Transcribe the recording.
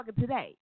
today